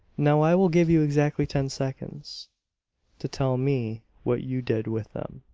now i will give you exactly ten seconds to tell me what you did with them.